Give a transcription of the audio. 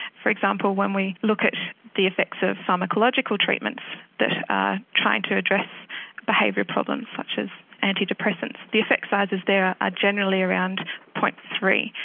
for example, when we look at the effects of pharmacological treatments that are trying to address behaviour problems such as antidepressants, the effect sizes there are generally around zero. three.